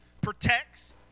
protects